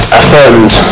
affirmed